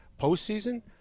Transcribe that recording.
postseason